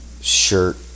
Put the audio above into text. shirt